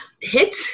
hit